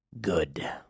Good